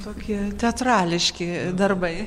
tokie teatrališki darbai